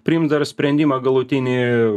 priims dar sprendimą galutinį